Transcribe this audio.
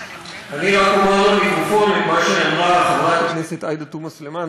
אני רק אומר למיקרופון את מה שאמרה חברת הכנסת עאידה תומא סלימאן,